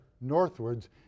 northwards